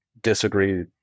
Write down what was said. disagree